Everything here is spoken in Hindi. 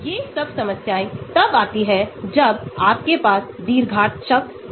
हमने लंबे समय बाद एक तालिका देखी जिसमें मेटा और पैरा के dissociation constant के विभिन्न मूल्य हैं